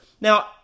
Now